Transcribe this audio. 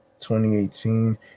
2018